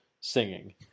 singing